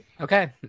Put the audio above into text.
Okay